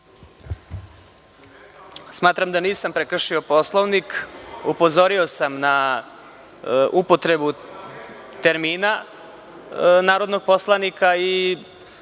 Smatram da nisam prekršio Poslovnik. Upozorio sam na upotrebu termina narodnog poslanika i